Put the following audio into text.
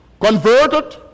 converted